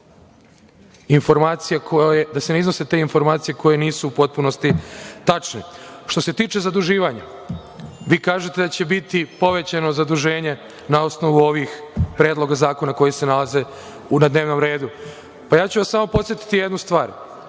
da se ne iznose informacije koje nisu u potpunosti tačne. Što se tiče zaduživanja, vi kažete da će biti povećano zaduženje na osnovu ovih predloga zakona koji se nalaze na dnevnom redu. Podsetiću vas samo na jednu stvar,